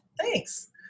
Thanks